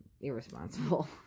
irresponsible